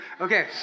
Okay